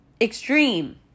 extreme